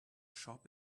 shop